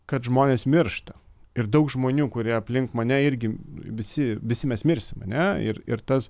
kad žmonės miršta ir daug žmonių kurie aplink mane irgi visi visi mes mirsim ane ir ir tas